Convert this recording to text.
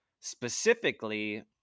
Specifically